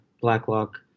Blacklock